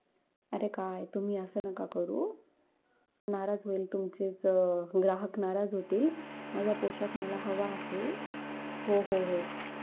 अरे काय तुम्ही असं नका करू नाराज होईल तुमचेच ग्राहक नाराज होतील माझा पोशाख मला हवा आहे हो हो हो